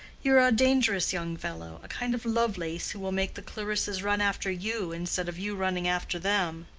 you are a dangerous young fellow a kind of lovelace who will make the clarissas run after you instead of you running after them.